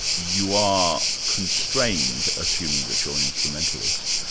you are constrained, assuming that you're an instrumentalist,